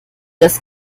das